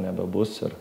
nebebus ir